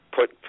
put